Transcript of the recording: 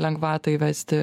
lengvatą įvesti